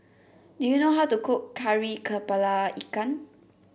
do you know how to cook Kari kepala Ikan